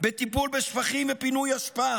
בטיפול בשפכים ופינוי אשפה,